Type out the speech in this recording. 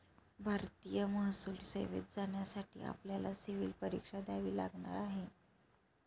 भारतीय महसूल सेवेत जाण्यासाठी आपल्याला सिव्हील परीक्षा द्यावी लागणार आहे